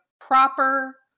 proper